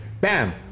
bam